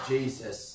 Jesus